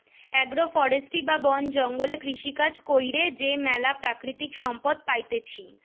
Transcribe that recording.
agro forestry বা বন জঙ্গলে কৃষিকাজ কইরে যে ম্যালা প্রাকৃতিক সম্পদ পাইতেছি